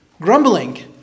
grumbling